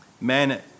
Man